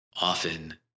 Often